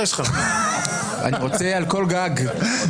על כל גג של מבנה ציבורי במדינת ישראל".